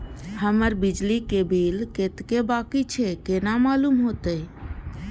हमर बिजली के बिल कतेक बाकी छे केना मालूम होते?